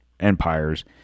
empires